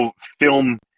film